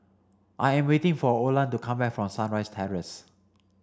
I am waiting for Olan to come back from Sunrise Terrace